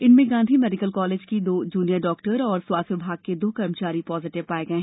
इनमें Gandhi medical college की दो जूनियर डॉक्टर और स्वास्थ्य विभाग के दो कर्मचारी पॉजीटिव पाये गये